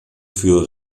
für